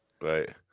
Right